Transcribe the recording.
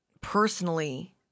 personally